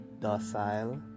docile